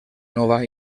nova